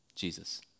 Jesus